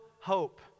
hope